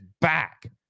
back